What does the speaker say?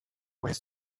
where